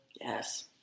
Yes